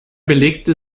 belegte